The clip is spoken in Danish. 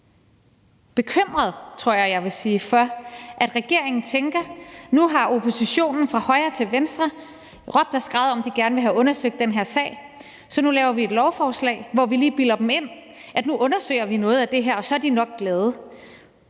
bekymret – tror jeg jeg vil sige – for, at regeringen tænker: Nu har oppositionen fra højre til venstre råbt og skreget om, at de gerne vil have undersøgt den her sag, så nu laver vi et lovforslag, hvor vi lige bilder dem ind, at nu undersøger vi noget af det her, og så er de nok glade.